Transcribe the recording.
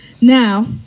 Now